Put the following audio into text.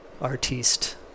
artiste